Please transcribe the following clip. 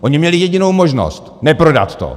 Oni měli jedinou možnost neprodat to.